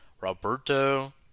Roberto